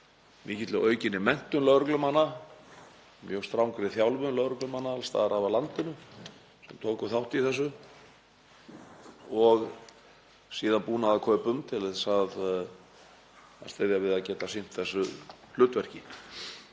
mikilli og aukinni menntun lögreglumanna, mjög strangri þjálfun lögreglumanna alls staðar að af landinu, sem tóku þátt í þessu, og síðan búnaðarkaupum til að styðja við að geta sinnt þessu hlutverki.